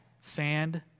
Sand